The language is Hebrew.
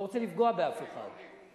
לא רוצה לפגוע באף אחד,